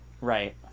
Right